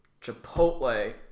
Chipotle